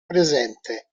presente